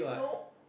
no